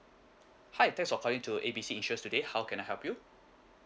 hi thanks for calling to A B C insurance today how can I help you